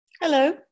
Hello